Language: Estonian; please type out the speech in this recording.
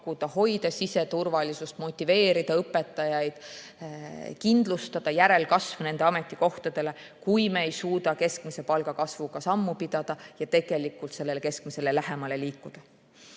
hoida siseturvalisust, motiveerida õpetajaid, kindlustada järelkasv nendele ametikohtadele. Me [peame suutma] keskmise palga kasvuga sammu pidada ja tegelikult sellele keskmisele lähemale liikuda.